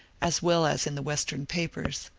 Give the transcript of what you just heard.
as well as in the western papers.